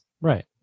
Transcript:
Right